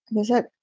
was it.